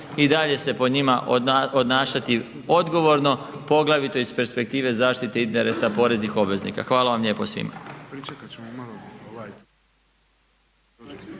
i dalje se po njima odnašati odgovorno, poglavito iz perspektive zaštite interesa poreznih obveznika. Hvala vam lijepo svima.